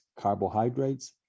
carbohydrates